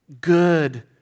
good